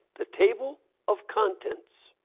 the table of content.